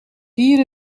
hier